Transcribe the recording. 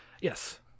Yes